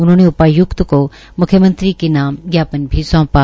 उन्होंने उपाय्क्त को म्ख्यमंत्री के नाम ज्ञापन भी सौंपा